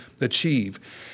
achieve